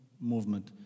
movement